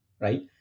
right